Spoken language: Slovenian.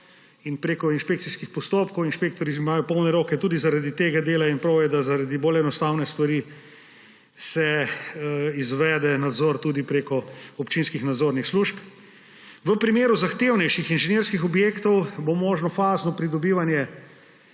in prek inšpekcijskih postopkov. Inšpektorji imajo polne roke dela tudi zaradi tega in prav je, da se za bolj enostavne stvari izvede nadzor tudi prek občinskih nadzornih služb. V primeru zahtevnejših inženirskih objektov bo možno fazno pridobivanje,